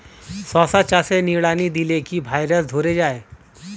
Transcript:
শশা চাষে নিড়ানি দিলে কি ভাইরাস ধরে যায়?